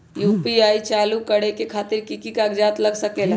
UPI के चालु करे खातीर कि की कागज़ात लग सकेला?